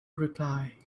reply